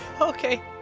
okay